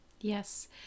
yes